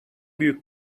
büyük